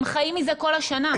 הם חיים מזה כל השנה.